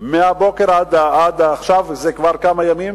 מהבוקר עד עכשיו, מזה כבר כמה ימים?